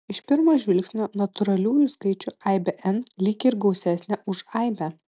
iš pirmo žvilgsnio natūraliųjų skaičių aibė n lyg ir gausesnė už aibę